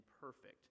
perfect